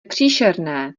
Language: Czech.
příšerné